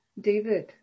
David